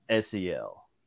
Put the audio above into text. SEL